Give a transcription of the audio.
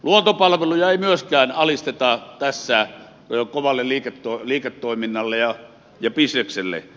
luontopalveluja ei myöskään alisteta tässä kovalle liiketoiminnalle ja bisnekselle